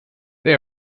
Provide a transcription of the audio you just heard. they